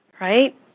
right